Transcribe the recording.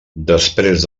després